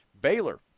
baylor